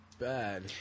bad